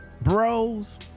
bros